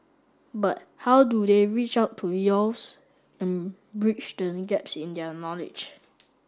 but how do they reach out to youths and bridge the gaps in their knowledge